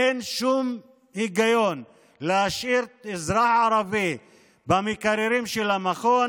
אין שום היגיון להשאיר אזרח ערבי במקררים של המכון